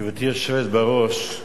גברתי היושבת בראש,